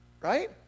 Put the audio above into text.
Right